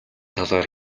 талаар